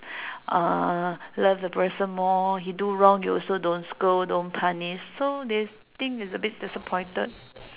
uh love the person more he do wrong you also don't scold don't punish so they think it's a bit disappointed